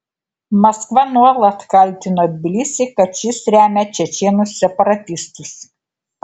maskva nuolat kaltino tbilisį kad šis remia čečėnų separatistus